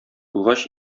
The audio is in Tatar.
булгач